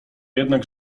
jednak